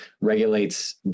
regulates